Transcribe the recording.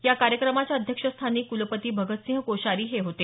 या कार्यक्रमाच्या अध्यक्षस्थानी कृलपती भगतसिंह कोश्यारी होते